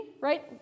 right